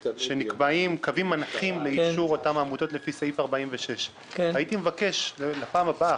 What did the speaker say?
קווים מנחים לאישור אותן עמותות לפי סעיף 46. הייתי מבקש לפעם הבאה,